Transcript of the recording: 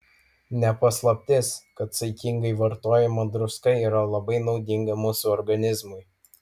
ne paslaptis kad saikingai vartojama druska yra labai naudinga mūsų organizmui